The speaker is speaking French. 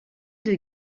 deux